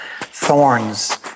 thorns